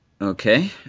Okay